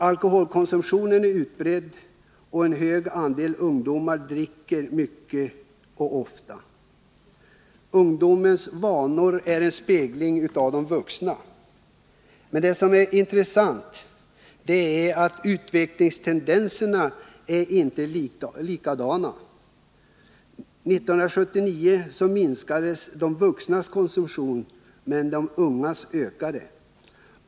Alkoholkonsumtionen är utbredd, och en hög andel ungdomar dricker mycket och ofta. Ungdomens vanor är en spegling av de vuxnas. Men det som är intressant är att utvecklingstendenserna inte är likadana. 1978 minskade de vuxnas konsumtion, men de ungas ökade.